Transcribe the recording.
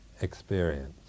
experience